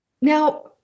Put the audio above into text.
Now